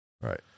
Right